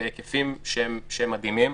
בהיקפים מדהימים.